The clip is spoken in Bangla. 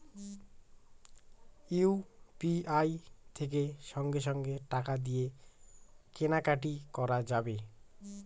ইউ.পি.আই থেকে সঙ্গে সঙ্গে টাকা দিয়ে কেনা কাটি করা যাবে